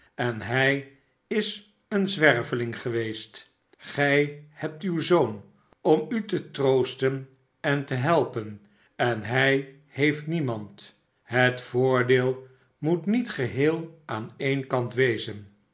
en hij is een zwerveling geweest gij hebt uw zoon om u te troosten en te helpen en hij heeft niemand het voordeel moet niet geheel aan een kant wezen